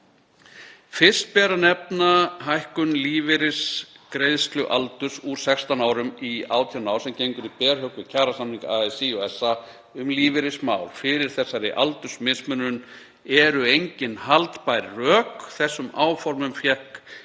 „Fyrst ber að nefna hækkun lífeyrisgreiðslualdurs úr 16 árum í 18 ár sem gengur í berhögg við kjarasamning ASÍ og SA um lífeyrismál. Fyrir þessari aldursmismunun eru engin haldbær rök. Þessum áformum fékk